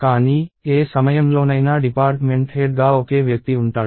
కానీ ఏ సమయంలోనైనా డిపార్ట్మెంట్ హెడ్ గా ఒకే వ్యక్తి ఉంటాడు